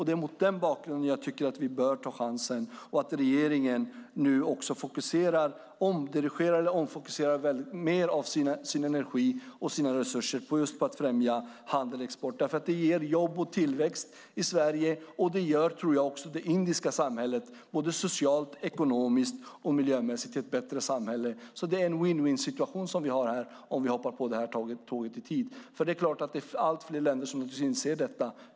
Det är mot denna bakgrund som jag tycker att vi bör ta chansen och att regeringen nu också omdirigerar eller omfokuserar mer av sin energi och sina resurser just på att främja handel och export därför att det ger jobb och tillväxt i Sverige, och jag tror att det också gör det indiska samhället bättre socialt, ekonomiskt och miljömässigt. Det är en win-win-situation som vi har här om vi hoppar på detta tåg i tid. Allt fler länder inser naturligtvis detta.